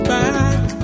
back